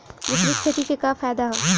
मिश्रित खेती क का फायदा ह?